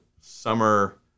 summer